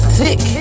thick